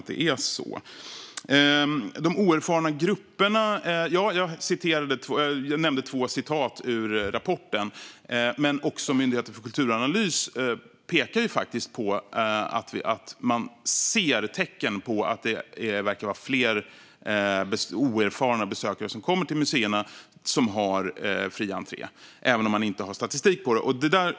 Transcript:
Vad de oerfarna grupperna beträffar tog jag upp två citat ur rapporten. Också Myndigheten för kulturanalys pekar dock på att man ser tecken på att fler oerfarna besökare kommer till de museer som har fri entré, även om man inte har statistik på det.